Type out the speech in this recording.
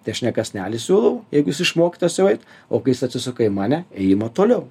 tai aš ne kąsnelį siūlau jeigu jis išmokytas jau eit o kai jis atsisuka į mane ėjimo toliau